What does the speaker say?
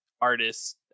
artists